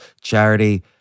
charity